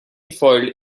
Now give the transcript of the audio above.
foiled